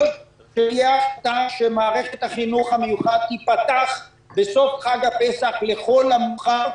צריכה להיות החלטה שמערכת החינוך המיוחד תיפתח בסוף חג הפסח לכל המאוחר,